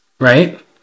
Right